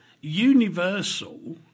Universal